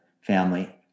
family